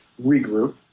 regroup